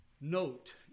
note